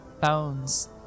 bones